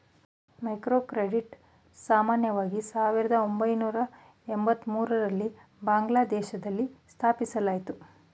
microcredit ಸಾಮಾನ್ಯವಾಗಿ ಸಾವಿರದ ಒಂಬೈನೂರ ಎಂಬತ್ತಮೂರು ರಲ್ಲಿ ಬಾಂಗ್ಲಾದೇಶದಲ್ಲಿ ಸ್ಥಾಪಿಸಲಾಯಿತು